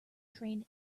train